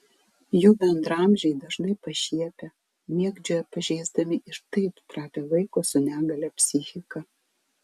jų bendraamžiai dažnai pašiepia mėgdžioja pažeisdami ir taip trapią vaiko su negalia psichiką